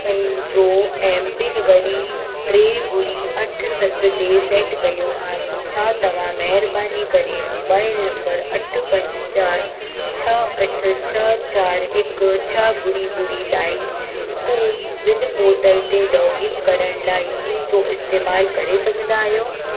पंहिंजो एमपिन वरी टे ॿुड़ी अठ सत ते सेट कयो आहे छा तव्हां महिरबानी करे मोबाइल नंबर अठ पंज चारि छह अठ छह चारि हिकु छह ॿुड़ी ॿुड़ी लाइ कोविन पोर्टल ते लॉगइन करण लाइ इन जो इस्तेमालु करे सघंदा आहियो